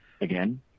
Again